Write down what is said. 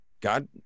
God